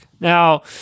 Now